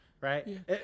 Right